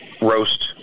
roast